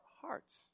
hearts